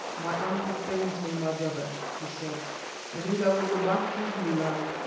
my ankle pains me, my brother, he said i think i will go back to zululand,